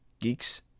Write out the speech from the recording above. Geeks